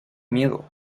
miedo